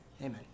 Amen